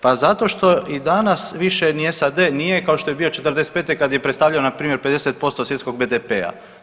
Pa zato što i danas više ni SAD nije kao što je bio '45. kad je predstavljao npr. 50% svjetskog BDP-a.